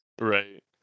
Right